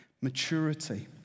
maturity